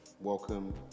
Welcome